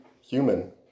human